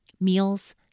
Meals